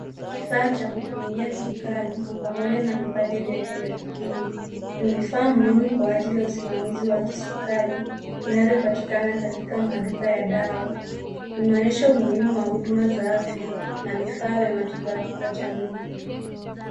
Kifaa cha kupimia sukari pamoja na vipande vyake vya kupima. Ni vifaa muhimu kwa ajili ya usimamizi ya kisukari vinavyopatikana katika maduka ya dawa. Inaonyesha umuhimu wa huduma za afya na vifaa vya matibabu kwa jamii.